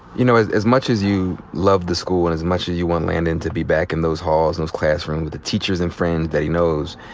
you know, as as much as you love the school and as much as you want landon to be back in those halls, those classrooms, the teachers and friends that he knows,